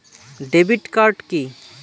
Debit card key?